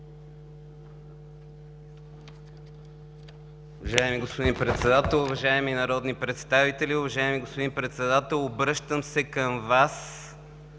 уважаеми господин Председател – обръщам се към Вас,